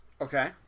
Okay